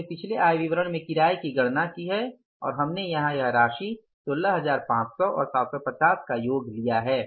हमने पिछले आय विवरण में किराए की गणना की है और हमने यहां यह राशि 16500 और 750 का योग लिया है